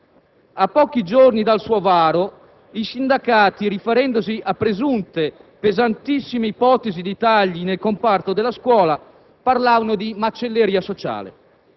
A pochi giorni dal suo varo, i sindacati, riferendosi a presunte pesantissime ipotesi di tagli nel comparto della scuola, parlavano di «macelleria sociale».